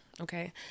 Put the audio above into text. okay